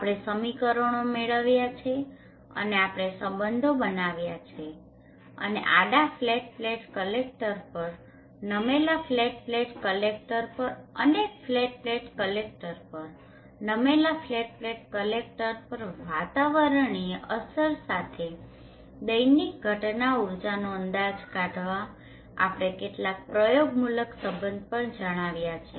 આપણે સમીકરણો મેળવ્યા છે અને આપણે સંબંધો બનાવ્યા છે અને આડા ફ્લેટ પ્લેટ કલેક્ટર પર નમેલા ફ્લેટ પ્લેટ કલેક્ટર પર અને ફ્લેટ પ્લેટ કલેક્ટર પર નમેલા ફ્લેટ પ્લેટ કલેક્ટર્સ પર વાતાવરણીય અસર સાથે દૈનિક ઘટના ઉર્જાનો અંદાજ કાઢવા માટે આપણે કેટલાક પ્રયોગમૂલક સંબંધો પણ જણાવ્યા છે